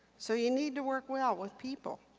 so you need to work well with people.